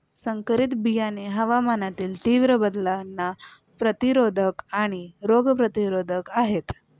संकरित बियाणे हवामानातील तीव्र बदलांना प्रतिरोधक आणि रोग प्रतिरोधक आहेत